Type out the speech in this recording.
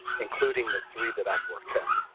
including the three that i've worked at.